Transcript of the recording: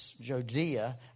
Judea